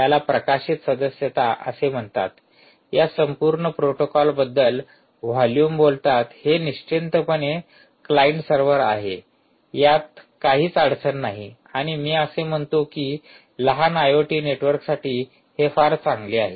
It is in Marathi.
याला प्रकाशित सदस्यता असे म्हणतात या संपूर्ण प्रोटोकॉलबद्दल व्हॉल्यूम बोलतात हे निश्चितपणे क्लायंट सर्वर आहे यात काहीच अडचण नाही आणि मी असे म्हणतो की लहान आयओटी नेटवर्कसाठी हे फार चांगले आहे